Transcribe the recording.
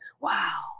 wow